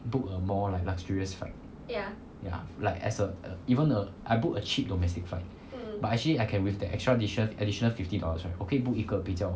book a more like luxurious flight ya like as a even a I book a cheap domestic flight but actually I can with the extra dition~ additional fifty dollars right 我可以 book 一个比较